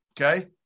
okay